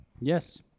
Yes